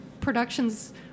productions